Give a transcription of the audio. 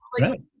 Right